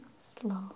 slow